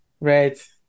Right